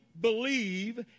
believe